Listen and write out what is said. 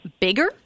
bigger